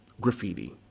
graffiti